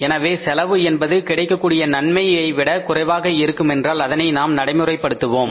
எனவே செலவு என்பது கிடைக்கக்கூடிய நன்மையை விட குறைவாக இருக்குமென்றால் அதனை நாம் நடைமுறைப்படுத்துவோம்